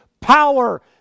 power